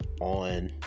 on